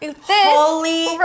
Holy